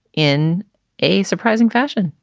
in a surprising fashion.